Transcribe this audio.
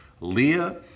Leah